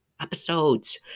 episodes